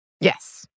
Yes